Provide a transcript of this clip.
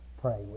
pray